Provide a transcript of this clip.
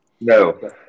no